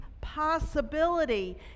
possibility